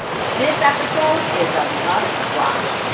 this episode is a must-watch.